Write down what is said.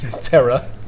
terror